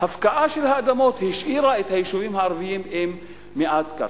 שההפקעה של האדמות השאירה את היישובים הערביים עם מעט קרקע.